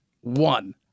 one